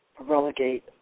relegate